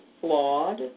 flawed